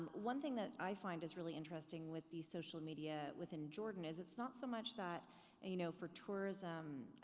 one thing that i find is really interesting with the social media within jordan is it's not so much that and you know for tourism,